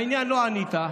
לעניין לא ענית.